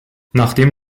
nachdem